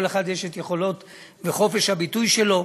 אחד יש את היכולות ואת חופש הביטוי שלו.